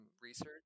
research